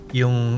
yung